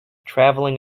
traveling